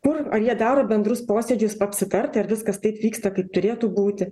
kur ar jie daro bendrus posėdžius apsitarti ar viskas taip vyksta kaip turėtų būti